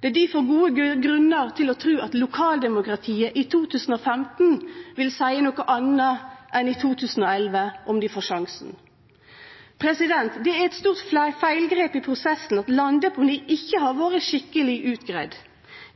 Det er difor gode grunnar til å tru at lokaldemokratiet i 2015 vil seie noko anna enn i 2011, om det får sjansen. Det er eit stort feilgrep i prosessen at landdeponi ikkje har vore skikkeleg utgreidd.